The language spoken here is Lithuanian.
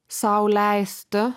sau leisti